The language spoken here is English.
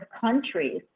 countries